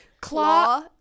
Claw